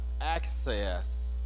access